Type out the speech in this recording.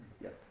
Yes